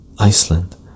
Iceland